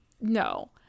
No